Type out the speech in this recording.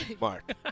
Mark